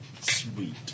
Sweet